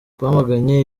twamaganye